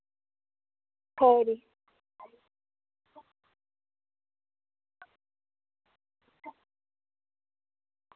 खरी